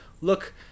look